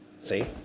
See